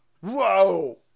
Whoa